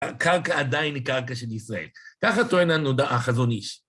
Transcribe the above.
הקרקע עדיין היא קרקע של ישראל, ככה טוען החזון איש.